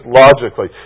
logically